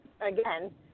again